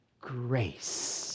grace